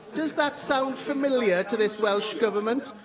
does that sound familiar to this welsh government?